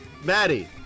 Maddie